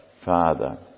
Father